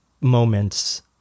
moments